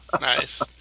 nice